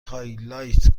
هایلایت